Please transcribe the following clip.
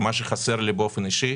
מה שחסר לי באופן אישי